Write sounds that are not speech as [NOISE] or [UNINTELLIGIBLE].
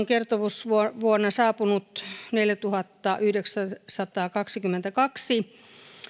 [UNINTELLIGIBLE] kertomusvuonna on saapunut neljätuhattayhdeksänsataakaksikymmentäkaksi